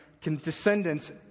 descendants